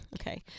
Okay